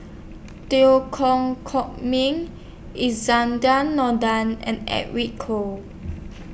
Teo Koh Miang Nordin and Edwin Koek